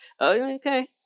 Okay